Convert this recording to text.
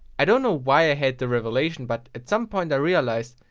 i don't know why i had the revelation, but at some point i realized,